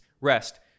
rest